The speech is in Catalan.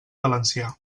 valencià